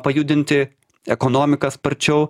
pajudinti ekonomiką sparčiau